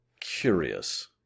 curious